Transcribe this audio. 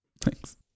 Thanks